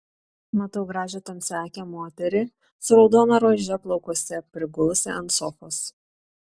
matau gražią tamsiaakę moterį su raudona rože plaukuose prigulusią ant sofos